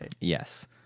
yes